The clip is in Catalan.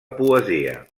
poesia